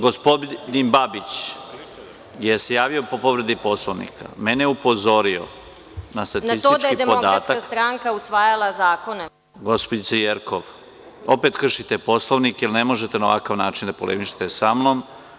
Gospodin Babić se javio po povredi Poslovnika, mene je upozorio na statistički podatak. (Aleksandra Jerkov, s mesta: Na to da je DS usvajala zakone.) Gospođice Jerkov, opet kršite Poslovnik, jer ne možete na ovakav način da polemišete sa mnom.